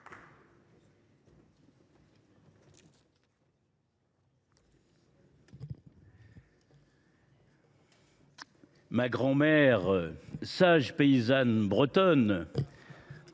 ma grand mère, sage paysanne bretonne,